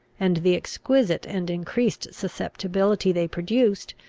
and the exquisite and increased susceptibility they produced,